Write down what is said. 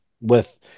with-